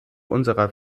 unserer